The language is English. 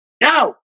No